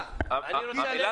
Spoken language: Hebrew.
ננעלה